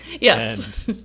yes